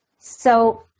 So-